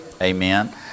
Amen